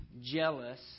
jealous